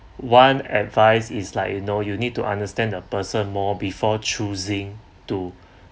one advice is like you know you need to understand a person more before choosing to